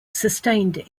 sustained